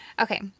Okay